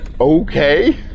Okay